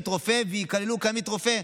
וייכללו כעמית רופא,